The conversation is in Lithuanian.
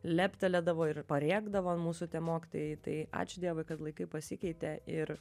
leptelėdavo ir parėkdavo mūsų tie mokytojai tai ačiū dievui kad laikai pasikeitė ir